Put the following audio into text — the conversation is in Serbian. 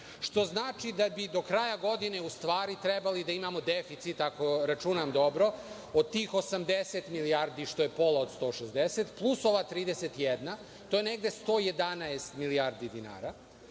što znači da bi do kraja godine, u stvari, trebali da imamo deficit, ako računam dobro, od tih 80 milijardi što je pola od 160 plus ova 31, to je negde 111 milijardi dinara,